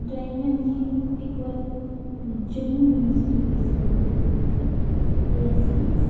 drawing ने मिगी इक बारी जम्मू युनिवर्सिटी बी दस्सी ओड़ी ते इत्थै रियासी